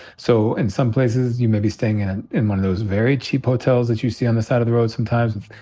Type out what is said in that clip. so in some places, you may be staying and and in one of those very cheap hotels that you see on the side of the road sometimes.